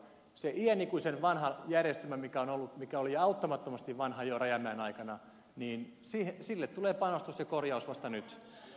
siihen iänikuisen vanhaan järjestelmään mikä oli auttamattomasti vanha jo rajamäen aikana tulee panostus ja korjaus vasta nyt